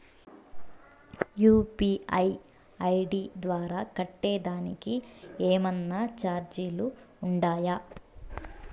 UPI ID ద్వారా కట్టేదానికి ఏమన్నా చార్జీలు ఉండాయా?